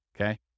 okay